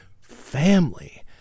family